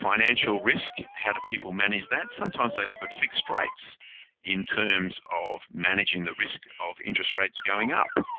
financial risk, how do people manage that, sometimes they look at fixed rates in terms of managing the risk of interest rates going up.